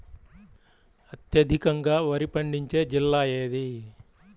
అత్యధికంగా వరి పండించే జిల్లా ఏది?